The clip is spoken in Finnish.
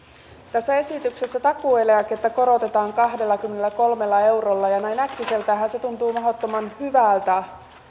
tässä esityksessä takuueläkettä korotetaan kahdellakymmenelläkolmella eurolla ja näin äkkiseltäänhän se tuntuu mahdottoman hyvältä